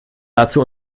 dazu